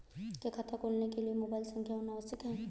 क्या खाता खोलने के लिए मोबाइल संख्या होना आवश्यक है?